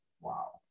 Wow